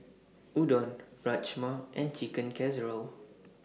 Udon Rajma and Chicken Casserole